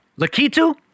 Lakitu